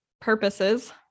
purposes